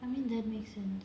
I mean that make sense